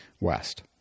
west